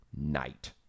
night